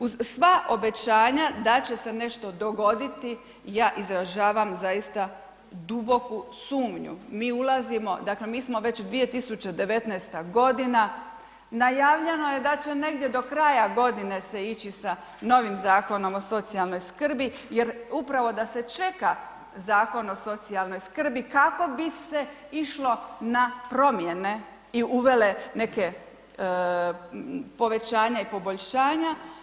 Uz sva obećanja da će se nešto dogoditi ja izražavam zaista duboku sumnju, mi ulazimo, dakle mi smo već 2019. godina najavljeno je da će negdje do kraja godine se ići sa novim Zakonom o socijalnoj skrbi, jer upravo da se čeka o Zakon o socijalnoj skrbi kako bi se išlo na promjene i uvele neke povećanja i poboljšanja.